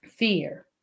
fear